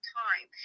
time